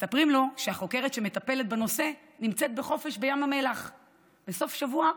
מספרים לו שהחוקרת שמטפלת בנושא נמצאת בחופש בים המלח בסוף שבוע.